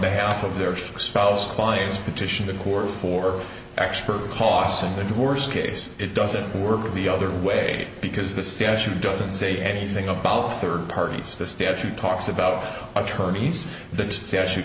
behalf of their spouse clients petition the court for expert cos in the divorce case it doesn't work the other way because the statute doesn't say anything about a third party it's the statute talks about attorneys that